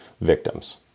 victims